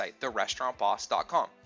therestaurantboss.com